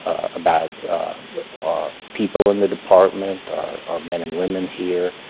ah about our people in the department, our our men and women here,